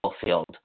field